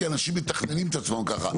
כי אנשים מתכננים את עצמם ככה.